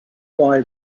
buy